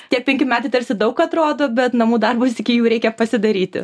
tie penki metai tarsi daug atrodo bet namų darbus iki jų reikia pasidaryti